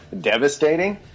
devastating